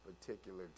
particular